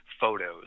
photos